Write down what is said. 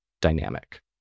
dynamic